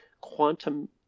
quantum